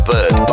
Bird